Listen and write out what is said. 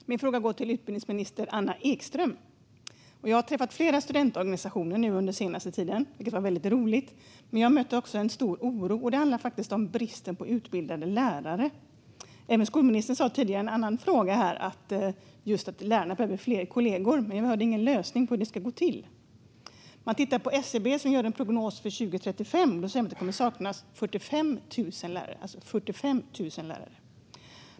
Fru talman! Min fråga går till utbildningsminister Anna Ekström. Jag har träffat flera studentorganisationer under den senaste tiden, vilket har varit väldigt roligt. Men jag mötte också en stor oro över bristen på utbildade lärare. Även skolministern sa tidigare i ett svar på en annan fråga här just att lärarna behöver fler kollegor, men jag hörde ingen lösning på hur det ska gå till. Om man tittar på SCB, som gör en prognos för 2035, ser man att det kommer att saknas 45 000 lärare - 45 000 lärare!